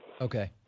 Okay